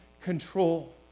control